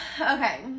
Okay